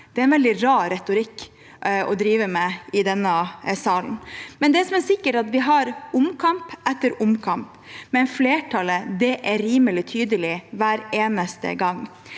Det er en veldig rar retorikk å drive med i denne salen. Det som er sikkert, er at vi har omkamp etter omkamp, men flertallet er rimelig tydelig hver eneste gang.